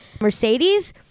Mercedes